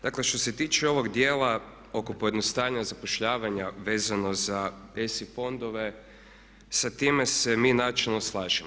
Dakle što se tiče ovog djela oko pojednostavljenja zapošljavanja vezano za ESI fondove sa time se mi načelno slažemo.